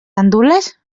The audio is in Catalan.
gandules